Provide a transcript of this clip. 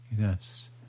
Yes